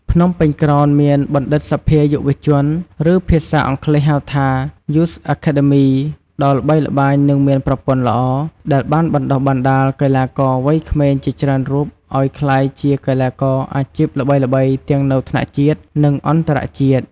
ភ្នំពេញក្រោនមានបណ្ឌិតសភាយុវជន ឬ ភាសាអង់គ្លេសហៅថា Youth Academy ដ៏ល្បីល្បាញនិងមានប្រព័ន្ធល្អ ដែលបានបណ្តុះបណ្តាលកីឡាករវ័យក្មេងជាច្រើនរូបឲ្យក្លាយជាកីឡាករអាជីពល្បីៗទាំងនៅថ្នាក់ជាតិ និងអន្តរជាតិ។